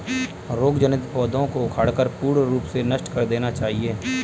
रोग जनित पौधों को उखाड़कर पूर्ण रूप से नष्ट कर देना चाहिये